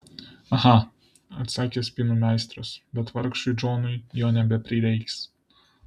aha atsakė spynų meistras bet vargšui džonui jo nebeprireiks